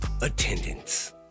attendance